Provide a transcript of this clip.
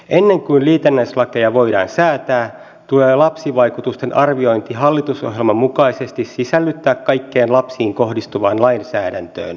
ennen kuin liitännäislakeja voidaan säätää tulee lapsivaikutusten arviointi hallitusohjelman mukaisesti sisällyttää kaikkeen lapsiin kohdistuvaan lainsäädäntöön